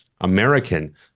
American